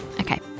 Okay